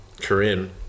Corinne